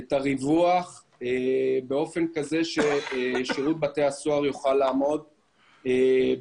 את הריווח באופן כזה ששירות בתי הסוהר יוכל לעמוד בפסיקה.